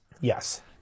Yes